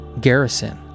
garrison